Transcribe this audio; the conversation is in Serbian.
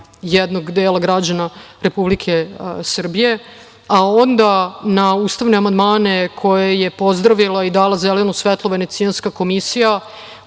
jednog dela građana Republike Srbije, a onda na ustavne amandmane koje je pozdravila i dala zeleno svetlo Venecijanska komisija,